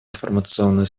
информационную